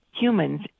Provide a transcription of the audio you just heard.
humans